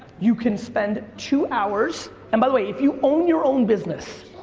you can spend two hours, and by the way, if you own your own business,